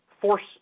force